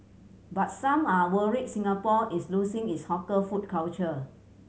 but some are worried Singapore is losing its hawker food culture